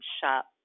shop